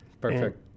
Perfect